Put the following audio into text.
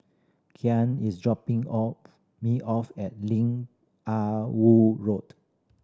Karyn is dropping off me off at Lim Ah Woo Road